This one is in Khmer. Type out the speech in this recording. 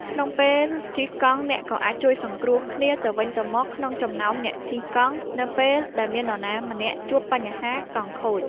ក្នុងពេលជិះកង់អ្នកក៏អាចជួយសង្គ្រោះគ្នាទៅវិញទៅមកក្នុងចំណោមអ្នកជិះកង់ នៅពេលដែលមាននរណាម្នាក់ជួបបញ្ហាកង់ខូច។